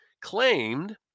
claimed